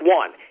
one